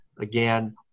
again